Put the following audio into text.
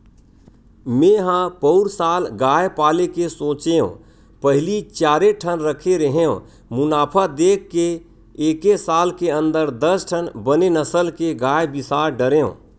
मेंहा पउर साल गाय पाले के सोचेंव पहिली चारे ठन रखे रेहेंव मुनाफा देख के एके साल के अंदर दस ठन बने नसल के गाय बिसा डरेंव